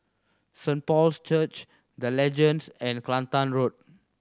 Saint Paul's Church The Legends and Kelantan Road